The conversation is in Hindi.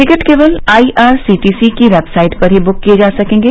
टिकट केवल आईआरसीटीसी की वेबसाइट पर बुक किए जा सकेंगे